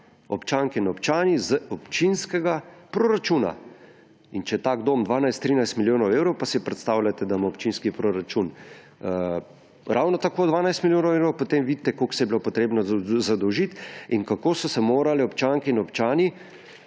občanke in občani, iz občinskega proračuna. In če je tak dom 12, 13 milijonov, pa si predstavljajte, da ima občinski proračun ravno tako 12 milijonov evrov, potem vidite, koliko se je bilo potrebno zadolžiti in kako so se morale občanke in občani